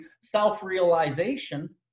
self-realization